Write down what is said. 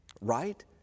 right